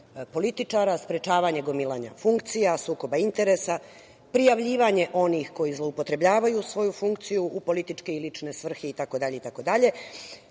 političara, sprečavanje gomilanja funkcija, sukoba interesa, prijavljivanje onih koji zloupotrebljavaju svoju funkciju u političke i lične svrhe itd,